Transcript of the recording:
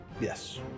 yes